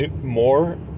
more